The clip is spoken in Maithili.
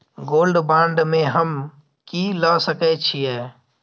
गोल्ड बांड में हम की ल सकै छियै?